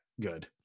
good